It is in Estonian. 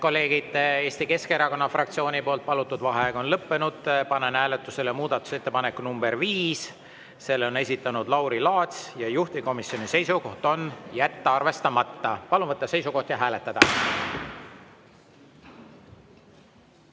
kolleegid, Eesti Keskerakonna fraktsiooni palutud vaheaeg on lõppenud. Panen hääletusele muudatusettepaneku nr 5, selle on esitanud Lauri Laats ja juhtivkomisjoni seisukoht on jätta arvestamata. Palun võtta seisukoht ja hääletada!